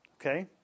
Okay